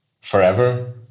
forever